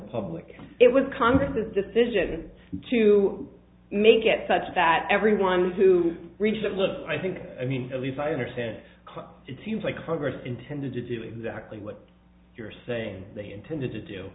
public it was congress or the decision to make it such that everyone to reach that look i think i mean at least i understand it seems like congress intended to do exactly what you're saying they intended to do